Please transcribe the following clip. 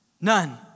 none